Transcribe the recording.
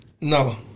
no